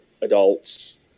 adults